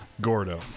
Gordo